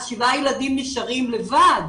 אז שבעה ילדים נשארים לבד.